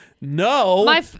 no